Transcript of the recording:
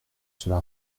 cela